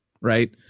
right